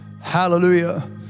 Hallelujah